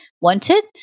wanted